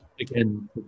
Again